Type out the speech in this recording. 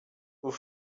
vous